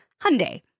Hyundai